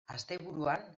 asteburuan